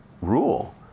rule